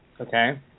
Okay